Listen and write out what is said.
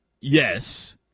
Yes